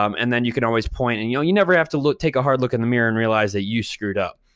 um and then you can always point. and you know you never have to take a hard look in the mirror and realize that you screwed up.